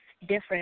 different